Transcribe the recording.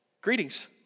Greetings